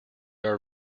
are